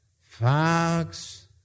Fox